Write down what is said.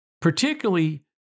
Particularly